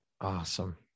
Awesome